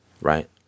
Right